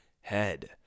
head